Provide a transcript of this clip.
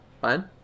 Fine